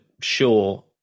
sure